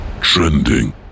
Trending